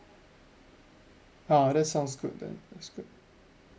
ah that sounds good then that's good